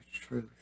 truth